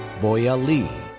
boya li.